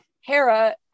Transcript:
Hera